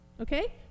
Okay